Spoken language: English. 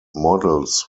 models